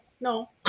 no